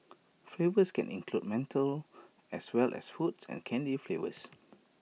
flavours can include menthol as well as fruit and candy flavours